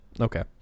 Okay